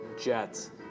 Jets